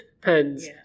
pens